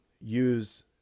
use